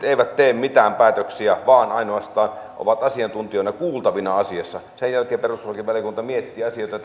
eivät tee mitään päätöksiä vaan ainoastaan ovat asiantuntijoina kuultavina asiassa sen jälkeen perustuslakivaliokunta miettii asioita